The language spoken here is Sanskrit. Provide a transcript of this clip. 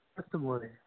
अस्तु महोदय